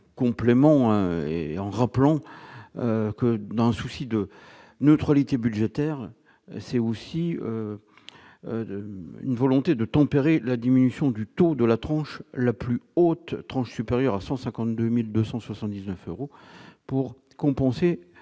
complément et en rappelant que dans un souci de neutralité budgétaire, c'est aussi une volonté de tempérer la diminution du taux de la tranche la plus haute tranche supérieure à 150 2279 euros pour compenser